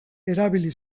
erabili